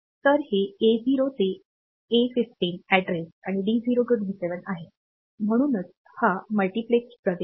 तर हे A0 ते A15 पत्ता आणि D0 ते D7 आहे म्हणूनच हा मल्टिप्लेक्स्ड प्रवेश नाही